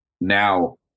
Now